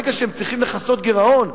ברגע שהן צריכות לכסות גירעון,